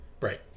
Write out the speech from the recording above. Right